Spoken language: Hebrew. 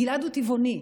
גלעד הוא טבעוני.